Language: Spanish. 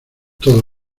todo